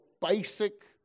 basic